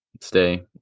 Stay